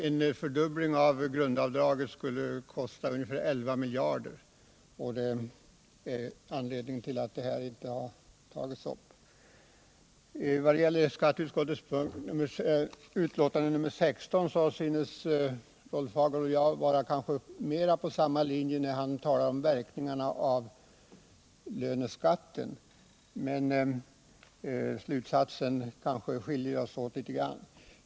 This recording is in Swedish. En fördubbling av grundavdraget skulle kosta 11 miljarder kronor, och det är anledningen till att motionen inte tillstyrkts. Vad gäller skatteutskottets betänkande nr 16 synes Rolf Hagel och jag vara mer på samma linje då han talar om verkningarna av löneskatten. Men slutsatsen skiljer oss åt litet grann.